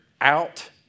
out